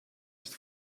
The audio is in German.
ist